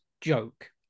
joke